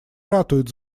ратует